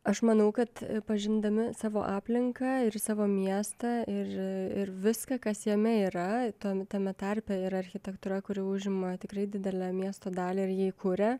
aš manau kad pažindami savo aplinką ir savo miestą ir ir viską kas jame yra tam tame tarpe ir architektūra kuri užima tikrai didelę miesto dalį ir jį kuria